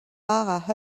part